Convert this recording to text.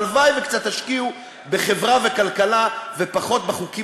הלוואי שקצת תשקיעו בחברה ובכלכלה ופחות בחוקים